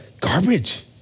garbage